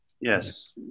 Yes